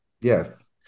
yes